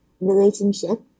relationship